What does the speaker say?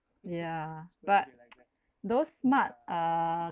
yeah but those smart uh